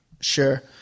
Sure